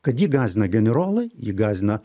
kad jį gąsdina generolai jį gąsdina